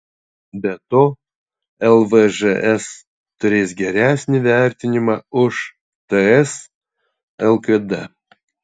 be to lvžs turės geresnį vertinimą už ts lkd